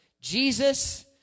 Jesus